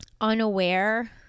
unaware